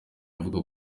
avuga